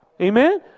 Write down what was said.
Amen